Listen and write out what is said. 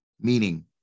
Meaning